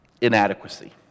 Inadequacy